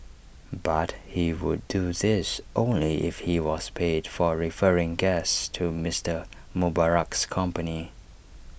but he would do this only if he was paid for referring guests to Mister Mubarak's company